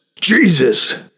Jesus